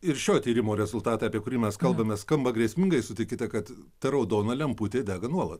ir šio tyrimo rezultatai apie kurį mes kalbame skamba grėsmingai sutikite kad ta raudona lemputė dega nuolat